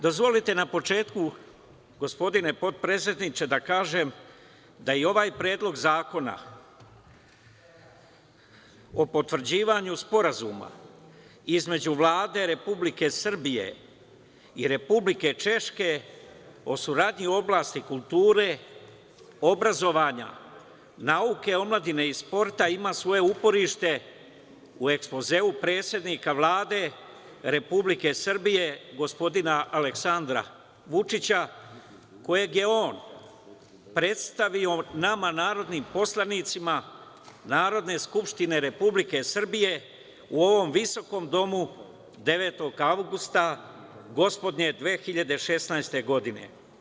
Dozvolite na početku, gospodine potpredsedniče, da kažem da i ovaj Predlog zakona o potvrđivanju Sporazuma između Vlade Republike Srbije i Republike Češke o saradnji u oblasti kulture, obrazovanja, nauke, omladine i sporta ima svoje uporište u ekspozeu predsednika Vlade Republike Srbije gospodina Aleksandra Vučića, kojeg je on predstavio nama, narodnim poslanicima Narodne skupštine Republike Srbije u ovom visokom domu 9. avgusta gospodnje 2016. godine.